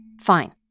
Fine